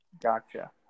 Gotcha